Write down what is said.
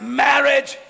marriage